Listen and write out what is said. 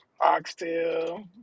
oxtail